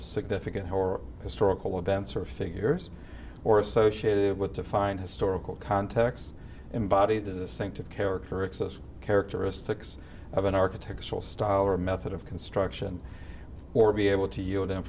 significant or historical events or figures or associated with defined historical context embodied to the center of character excess characteristics of an architectural style or method of construction or be able to use them